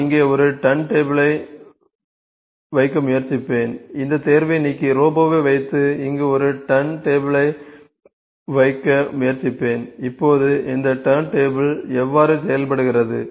நான் இங்கே ஒரு டர்ன் டேபிளை வைக்க முயற்சிப்பேன் இந்த தேர்வை நீக்கி ரோபோவை வைத்து இங்கே ஒரு டர்ன் டேபிளை வைக்க முயற்சிப்பேன் இப்போது இந்த டர்ன் டேபிள் எவ்வாறு செயல்படுகிறது